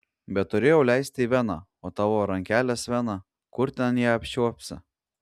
bet turėjau leisti į veną o tavo rankelės vena kur ten ją apčiuopsi